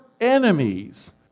enemies